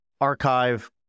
archive